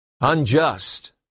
unjust